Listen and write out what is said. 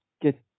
get